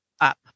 up